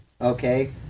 okay